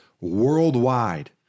worldwide